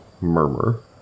murmur